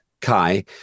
kai